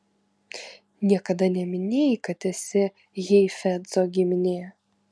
niekada neminėjai kad esi heifetzo giminė